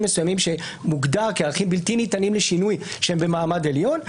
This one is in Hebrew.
מסוימים שמוגדרים כערכים בלתי ניתנים לשינוי שהם במעמד עליון.